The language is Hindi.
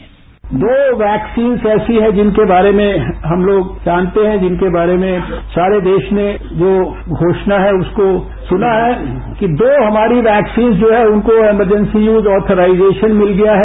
साउंड बाईट दो वैक्सीन्स ऐसी हैं जिनके बारे में हम लोग जानते हैं जिनके बारे में सारे देश ने जो घोषणा है उसको सुना है कि दो हमारी वैक्सीन्स जो है उनको इमरजेंसी यूज ऑथराइजेशन मिल गया है